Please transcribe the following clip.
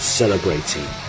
celebrating